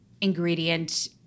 ingredient